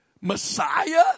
Messiah